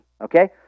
Okay